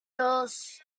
dos